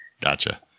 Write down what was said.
Gotcha